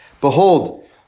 Behold